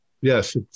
Yes